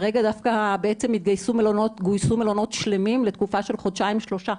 כרגע דווקא גויסו מלונות שלמים לתקופה של חודשיים שלושה,